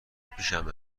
پیشمه